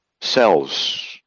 cells